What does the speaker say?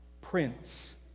Prince